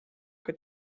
kui